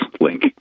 link